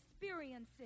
experiences